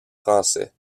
français